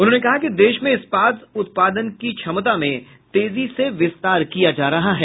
उन्होंने कहा कि देश में इस्पात उत्पादन की क्षमता में तेजी से विस्तार किया जा रहा है